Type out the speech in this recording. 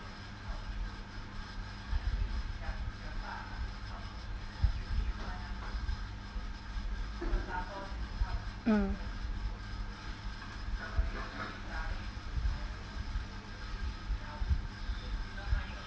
mm